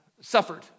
suffered